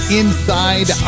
inside